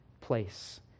place